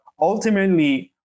ultimately